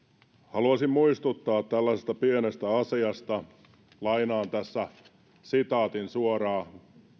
haluaisin muistuttaa tällaisesta pienestä asiasta lainaan tässä sitaatin suoraan